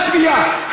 פעם שנייה.